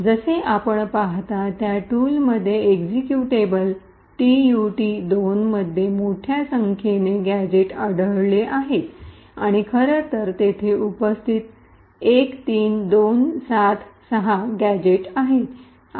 तर जसे आपण पहाता त्या टूल मध्ये एक्झिक्युटेबल ट्यूट 2 मध्ये मोठ्या संख्येने गॅझेट आढळले आहेत आणि खरं तर तेथे उपस्थित 13276 गॅझेट्स आहेत